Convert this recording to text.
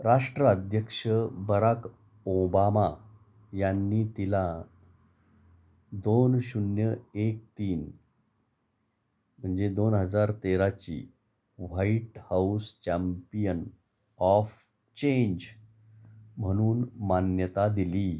राष्ट्र अध्यक्ष Barack Obama यांनी तिला दोन शून्य एक तीन म्हणजे दोन हजार तेराची White House champion of change म्हणून मान्यता दिली